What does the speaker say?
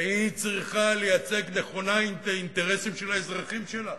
והיא צריכה לייצג נכונה את האינטרסים של האזרחים שלה.